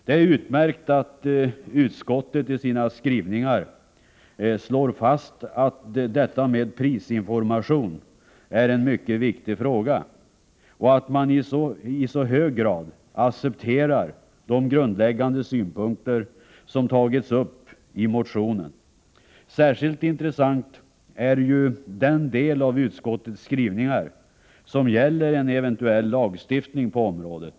Det är utmärkt att utskottet i sina skrivningar slår fast att detta med prisinformationen är en mycket viktig fråga och att man i så hög grad accepterar de grundläggande synpunkter som tagits upp i motionen. Särskilt intressant är den del av utskottets skrivning som gäller en eventuell lagstiftning på området.